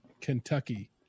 Kentucky